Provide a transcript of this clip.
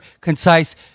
concise